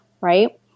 right